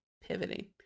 Pivoting